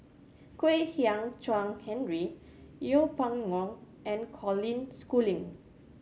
Kwek Hian Chuan Henry Yeng Pway Ngon and Colin Schooling